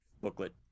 booklet